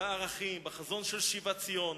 בערכים, בחזון של שיבת ציון,